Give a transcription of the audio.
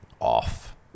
off